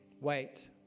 wait